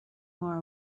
more